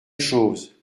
chose